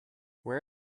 where